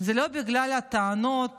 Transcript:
זה לא בגלל טענות